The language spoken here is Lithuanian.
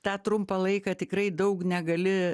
tą trumpą laiką tikrai daug negali